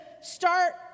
start